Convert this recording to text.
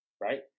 right